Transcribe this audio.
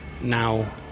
now